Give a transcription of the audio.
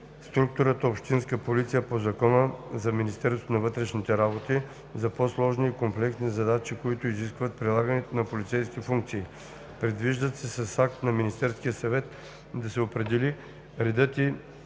структурата „Общинска полиция“ по Закона за Министерството на вътрешните работи за по-сложни и комплексни задачи, които изискват прилагането на полицейски функции. Предвижда се с акт на Министерския съвет да се определят редът и